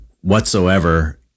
whatsoever